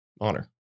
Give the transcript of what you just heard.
honor